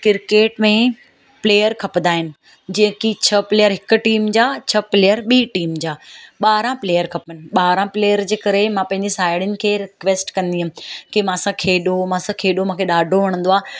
cricket में player खपंदा आहिनि जीअं की छह प्लेयर हिक टीम जा छह प्लेयर ॿी टीम जा ॿारहं प्लेयर खपनि ॿारहं प्लेयर जे करे मां पंहिंजी साहेड़ियुनि खे रिक्वैस्ट कंदी हुयमि की मूंसां खेॾो मूंसां खेॾो मूंखे ॾाढो वणंदो आहे